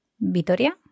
Vitoria